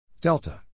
Delta